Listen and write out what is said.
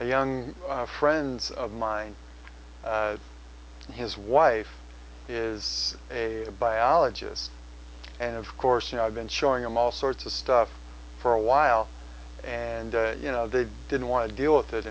a young friends of mine and his wife is a biologist and of course you know i've been showing them all sorts of stuff for a while and you know they didn't want to deal with